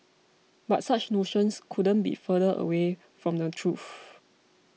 but such notions couldn't be further away from the truth